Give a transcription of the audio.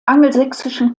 angelsächsischen